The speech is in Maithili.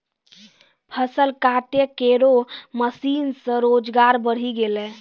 फसल काटै केरो मसीन सें रोजगार बढ़ी गेलै